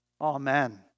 Amen